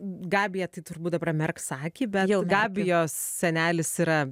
gabija tai turbūt pramerks akį bet dėl gabijos senelis yra